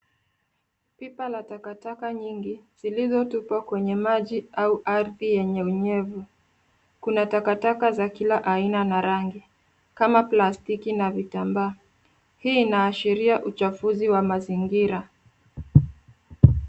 Pipa la takataka nyingi zilizotupwa kwenye maji au ardhi yenye unyevu. Kuna taka taka za kila aina na rangi kama plastiki na vitambaa. Hii binaashiria uchafuzi wa mazingira.